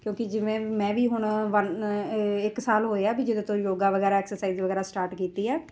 ਕਿਉਂਕਿ ਜਿਵੇਂ ਮੈਂ ਵੀ ਹੁਣ ਵੰਨ ਏ ਇੱਕ ਸਾਲ ਹੋਇਆ ਵੀ ਜਦੋਂ ਤੋਂ ਯੋਗਾ ਵਗੈਰਾ ਐਕਸਾਈਜ਼ ਵਗੈਰਾ ਸਟਾਰਟ ਕੀਤੀ ਹੈ